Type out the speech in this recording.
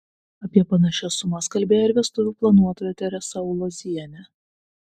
apie panašias sumas kalbėjo ir vestuvių planuotoja teresa ulozienė